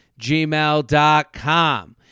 gmail.com